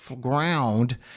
ground